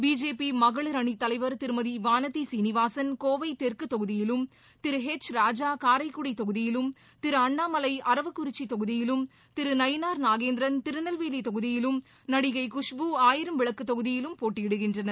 BJP மகளிர் அணித் தலைவர் திருமதி வானதி சீனிவாசன் கோவை தெற்கு தொகுதியிலும் திரு ஹெச் ராஜா காரைக்குடி தொகுதியிலும் திரு அண்ணாமலை அரவக்குறிச்சி தொகுதியிலும் திரு நயினார் நாகேந்திரன் திருநெல்வேலி தொகுதியிலும் நடிகை குஷ்பு ஆயிரம்விளக்கு தொகுதியிலும் போட்டியிடுகின்றனர்